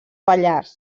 pallars